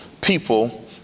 people